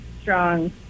strong